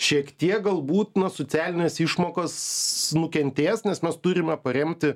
šiek tiek galbūt na socialinės išmokos nukentės nes mes turime paremti